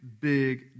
big